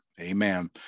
Amen